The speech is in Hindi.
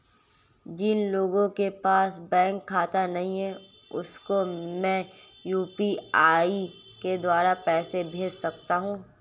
जिन लोगों के पास बैंक खाता नहीं है उसको मैं यू.पी.आई के द्वारा पैसे भेज सकता हूं?